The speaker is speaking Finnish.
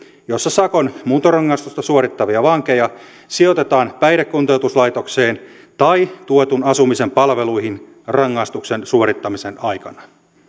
jossa sakon muuntorangaistusta suorittavia vankeja sijoitetaan päihdekuntoutuslaitokseen tai tuetun asumisen palveluihin rangaistuksen suorittamisen aikana